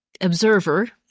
observer